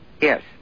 Yes